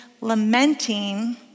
lamenting